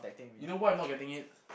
you know why I'm not getting it